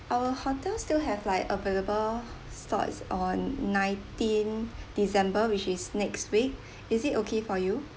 our hotel still have like available spots on nineteenth december which is next week is it okay for you